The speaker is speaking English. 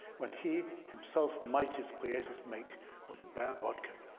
when he himself might his quietus make with a bare bodkin?